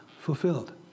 Fulfilled